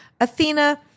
Athena